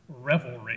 revelry